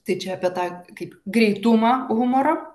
tai čia apie tą kaip greitumą humoro